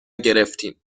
گرفتیم